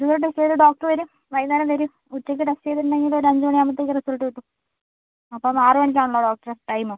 sugar test ചെയ്ത് doctor വരും വൈകുന്നേരം വരും ഉച്ചയ്ക്ക് ടെസ്റ്റ് ചെയ്തിട്ടുണ്ടെങ്കിൽ ഒരു അഞ്ച് മണി ആവുമ്പോഴത്തേക്ക് റിസൾട്ട് കിട്ടും അപ്പം ആറ് മണിക്ക് ആണല്ലോ ഡോക്ടറ ടൈം